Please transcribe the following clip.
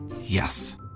Yes